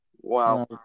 Wow